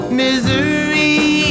misery